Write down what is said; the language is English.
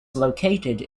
located